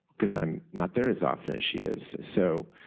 because i'm not there as often as she is. so